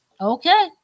okay